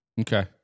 Okay